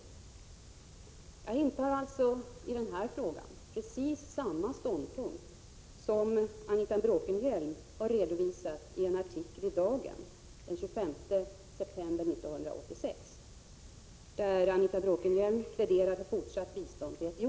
I den här frågan intar jag således precis samma ståndpunkt som Anita Bråkenhielm har redovisat i en artikel i Dagen den 25 september 1986, där hon pläderade för fortsatt bistånd till Etiopien.